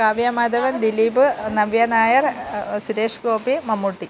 Kavya Madhavan Dileep Navya Nair Suresh Gopi Mammootty